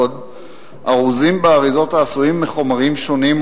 ארוזים באריזות העשויות מחומרים שונים,